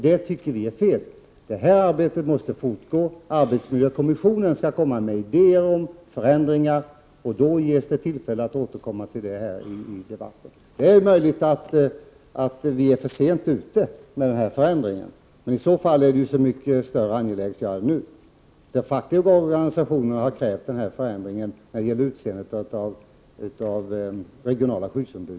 Det anser vi är fel. Detta arbete måste fortgå. Arbetsmiljökommissionen skall föra fram idéer om förändringar. Då ges det tillfälle att återkomma till detta i debatten. Det är möjligt att vi är för sent ute med denna förändring, men i så fall finns det så mycket större anledning att göra det nu. De fackliga organisationerna har mycket länge krävt denna förändring när det gäller tillsättandet av regionala skyddsombud.